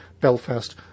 Belfast